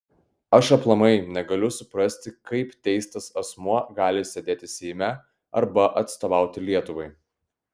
aš aplamai negaliu suprasti kaip teistas asmuo gali sėdėti seime arba atstovauti lietuvai